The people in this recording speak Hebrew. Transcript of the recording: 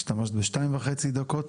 השתמשת בשתיים וחצי דקות,